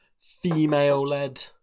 female-led